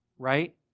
right